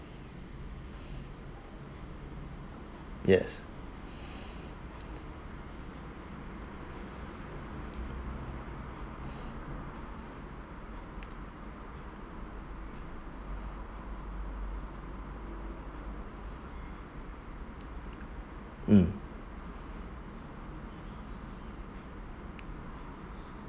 yes mm